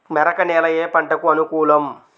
మెరక నేల ఏ పంటకు అనుకూలం?